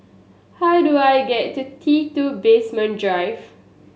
how do I get to T Two Basement Drive